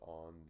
on